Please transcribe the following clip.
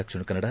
Dakshina Kannada